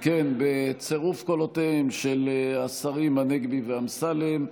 אם כן, בצירוף קולותיהם של השרים הנגבי ואמסלם,